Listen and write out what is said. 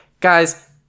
Guys